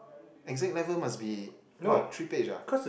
exact level must be what three page ah